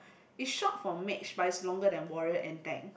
is short for mage but is longer than warrior and tank